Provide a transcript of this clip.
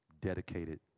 dedicated